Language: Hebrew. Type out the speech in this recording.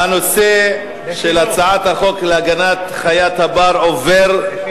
ההצעה להעביר את הצעת חוק להגנת חיית הבר (תיקון מס' 7),